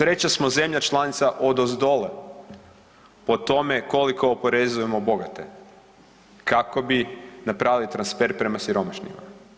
Treća smo zemlja članica odozdola po tome koliko oporezujemo bogate kako bi napravili transfer prema siromašnima.